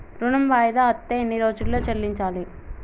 ఋణం వాయిదా అత్తే ఎన్ని రోజుల్లో చెల్లించాలి?